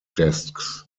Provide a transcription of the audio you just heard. desks